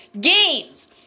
games